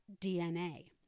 DNA